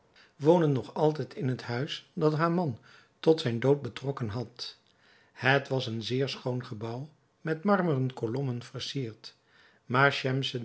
woonde nog altijd in het huis dat haar man tot zijn dood betrokken had het was een zeer schoon gebouw met marmeren kolommen versierd maar schemseddin